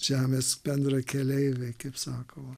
žemės bendrakeleiviai kaip sakoma